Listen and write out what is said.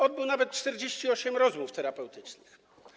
Odbył nawet 48 rozmów terapeutycznych.